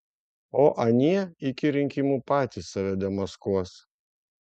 o anie iki rinkimų patys save demaskuos